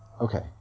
Okay